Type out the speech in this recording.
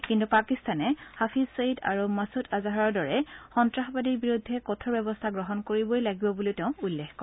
কিন্তু পাকিস্তানে হাফিজ ছয়ীদ আৰু মাছূদ আজহাৰৰ দৰে সন্তাসবাদীৰ বিৰুদ্ধে কঠোৰ ব্যৱস্থা গ্ৰহণ কৰিবই লাগিব বুলিও তেওঁ উল্লেখ কৰে